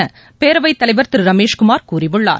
என பேரவைத் தலைவர் திரு ரமேஷ்குமார் கூறியுள்ளார்